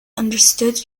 understood